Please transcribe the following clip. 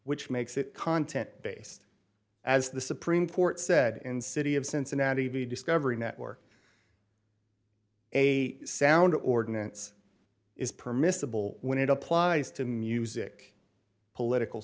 which makes it content based as the supreme court said in city of cincinnati discovery network a sound ordinance is permissible when it applies to music political